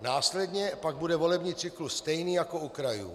Následně pak bude volební cyklus stejný jako u krajů.